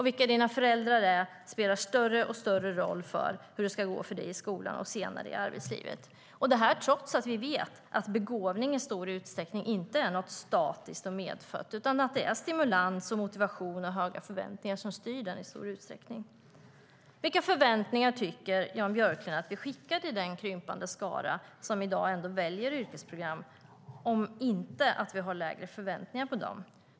Vilka dina föräldrar är spelar större och större roll för hur det ska gå för dig i skolan och senare i arbetslivet, detta trots att vi vet att begåvning inte är något statiskt och medfött, utan att det är stimulans, motivation och höga förväntningar som styr i stor utsträckning. Vilka förväntningar tycker Jan Björklund att vi skickar till den krympande skara som i dag ändå väljer yrkesprogram, om inte att vi har lägre förväntningar på dem?